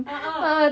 a'ah